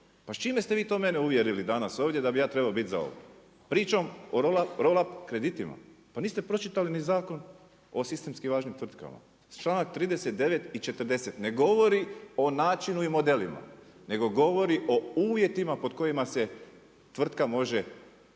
Pa s čime ste vi to mene uvjerili danas ovdje, da bi ja trebao biti za ovo? Pričom o roll up kreditima? Pa niste pročitali ni Zakon o sistemskim važnim tvrtkama. Članak 39. i 40. ne govori o načinu i modelima, nego govori o uvjetima pod kojima se tvrtka može zadužiti.